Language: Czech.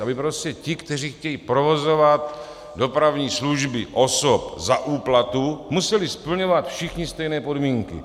Aby prostě ti, kteří chtějí provozovat dopravní služby osob za úplatu, museli splňovat všichni stejné podmínky.